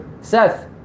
Seth